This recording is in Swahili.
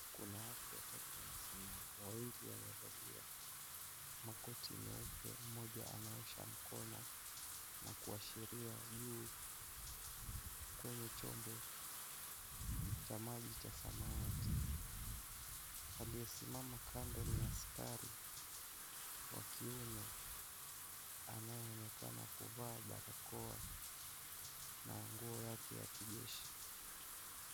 Kuna watu watatu wamesimama, wawili wamevalia makoti meupe. Mmoja anaosha mkono na kuashiria juu kwenye chombo cha maji cha samawati. Aliyesimama kando ni askari wa kiume anayeonekana kuvaa barakoa na nguo yake ya kijeshi.